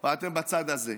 או אתם בצד הזה,